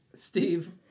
Steve